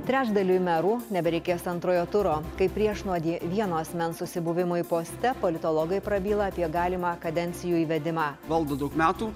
trečdaliui merų nebereikės antrojo turo kaip priešnuodį vieno asmens susibuvimui poste politologai prabyla apie galimą kadencijų įvedimą valdo daug metų